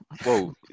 Whoa